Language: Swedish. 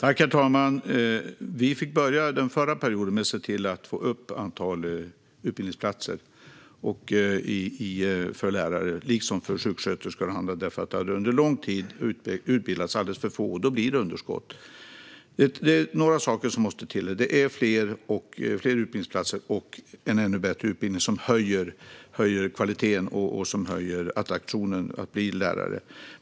Herr talman! Vi fick börja den förra perioden med att se till att öka antalet platser på lärarutbildningarna liksom på sjuksköterskeutbildningarna. Det hade nämligen under lång tid utbildats alldeles för få, och då blir det underskott. Det är några saker som måste till. Det handlar om fler utbildningsplatser och om en ännu bättre utbildning så att kvaliteten höjs och så att det blir mer attraktivt att bli lärare.